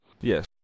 Yes